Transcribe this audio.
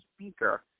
speaker